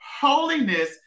Holiness